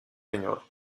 señor